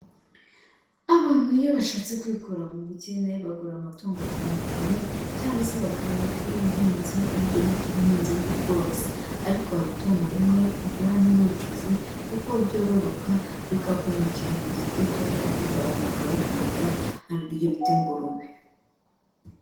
Abantu iyo bashatse kwikura mu bukene bagura amatungo atandukanye cyangwa se bakayobaka iy'ubuhinzi ari byo bita ubuhinzi n'ubworozi, ariko hari itungo rimwe ugura ntiwicuze kuko ryororoka, rikakungukira mu gihe gitoya, kandi abantu bakarikunda ari ryo bita ingurube.